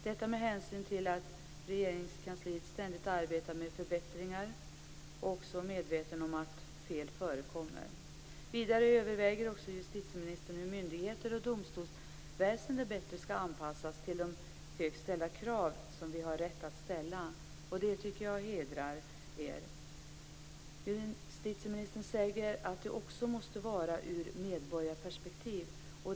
Detta med hänsyn till att Regeringskansliet ständigt arbetar med förbättringar och även är medvetet om att fel förekommer. Vidare överväger också justitieministern hur myndigheter och domstolsväsende bättre skall anpassas till de höga krav som vi har rätt att ställa, och det tycker jag hedrar er. Justitieministern säger att det också måste vara ur medborgarperspektiv.